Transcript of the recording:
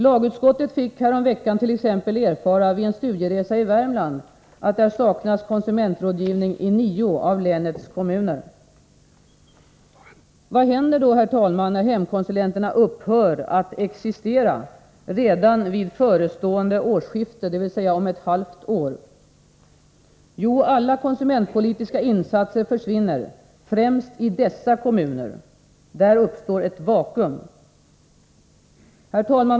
Lagutskottet fick häromveckan t.ex. erfara vid en studieresa i Värmland, att där saknas konsumentrådgivning i nio av länets kommuner! Vad händer då, när hemkonsulenterna upphör att existera redan vid förestående årsskifte, dvs. om ett halvt år? Jo, alla konsumentpolitiska insatser försvinner, främst i dessa kommuner. Där uppstår ett vakuum! Herr talman!